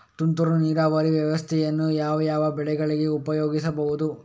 ತುಂತುರು ನೀರಾವರಿ ವ್ಯವಸ್ಥೆಯನ್ನು ಯಾವ್ಯಾವ ಬೆಳೆಗಳಿಗೆ ಉಪಯೋಗಿಸಬಹುದು?